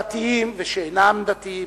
דתיים ושאינם דתיים,